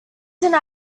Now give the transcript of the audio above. deny